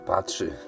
Patrzy